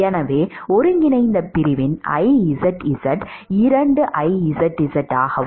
எனவே ஒருங்கிணைந்த பிரிவின் Izz 2Izz ஆகவும்